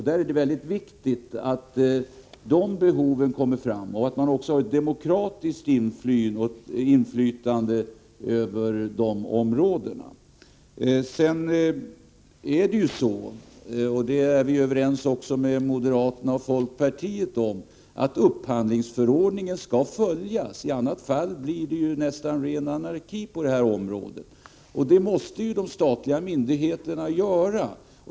Där är det utomordentligt viktigt att dessa behov tillgodoses rättvist och att man har ett demokratiskt inflytande. Sedan är det ju så Rolf Rämgård — det är vi överens också med moderaterna och folkpartiet om — att upphandlingsförordningen skall följas. I annat fall blir det nästan ren anarki på det här området. Detta måste de statliga myndigheterna göra.